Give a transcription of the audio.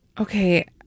Okay